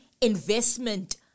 investment